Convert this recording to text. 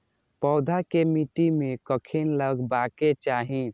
पौधा के मिट्टी में कखेन लगबाके चाहि?